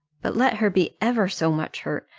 but let her be ever so much hurt,